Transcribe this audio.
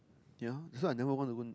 ya so I never want to go